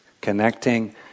connecting